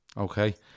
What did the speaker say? okay